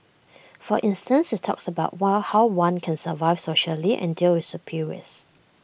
for instance IT talks about what how one can survive socially and deal with superiors